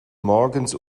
morgens